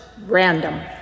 random